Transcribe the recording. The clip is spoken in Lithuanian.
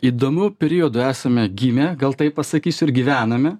įdomu periodu esame gimę gal taip pasakysiu ir gyvename